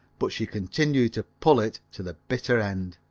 but she continued to pull it to the bitter end.